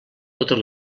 totes